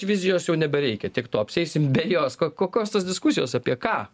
vizijos jau nebereikia tiek to apsieisim be jos ko kokios tos diskusijos apie ką